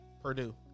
Purdue